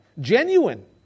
genuine